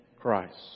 Christ